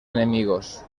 enemigos